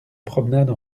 promenade